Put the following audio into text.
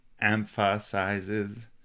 emphasizes